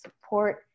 support